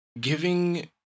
giving